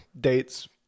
dates